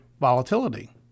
volatility